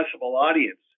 audience